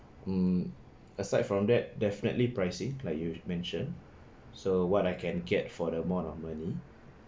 mm aside from that definitely pricing like you mention so what I can get for the amount of money